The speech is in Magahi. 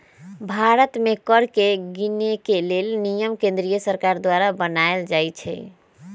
भारत में कर के गिनेके लेल नियम केंद्रीय सरकार द्वारा बनाएल जाइ छइ